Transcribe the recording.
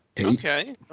Okay